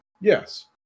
Yes